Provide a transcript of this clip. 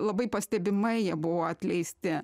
labai pastebimai jie buvo atleisti